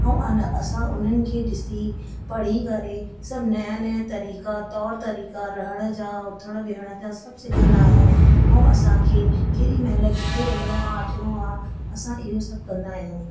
ऐं असां उन्हनि खे ॾिसी पढ़ी करे सभु नवां नवां तरीक़ा तौरु तरीक़ा उथण जा विहण जा सभु सिखंदा आहियूं ऐं असांखे केॾीमहिल किथे वञिणो आहे अचिणो आहे असां इहो सभु कंदा आहियूं